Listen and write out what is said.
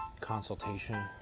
consultation